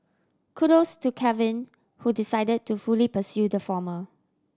Kudos to Kevin who decided to fully pursue the former